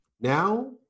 Now